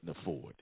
afford